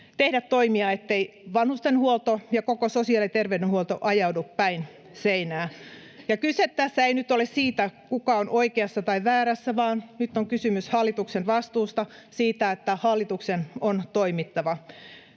tehdä toimia, ettei vanhustenhuolto ja koko sosiaali- ja terveydenhuolto ajaudu päin seinää. Kyse tässä ei nyt ole siitä, kuka on oikeassa tai väärässä, vaan nyt on kysymys hallituksen vastuusta, siitä, että hallituksen on toimittava.